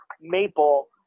maple